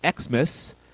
Xmas